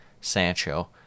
Sancho